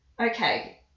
Okay